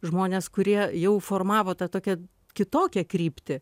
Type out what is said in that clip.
žmonės kurie jau formavo tą tokią kitokią kryptį